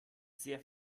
sehr